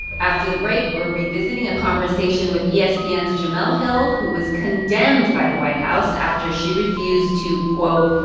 after the break, we're revisiting a conversation with yeah espn's jemele hill, who was condemned by the white house after she refused to, quote,